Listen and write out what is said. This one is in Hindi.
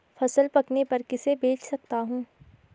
फसल पकने पर किसे बेच सकता हूँ?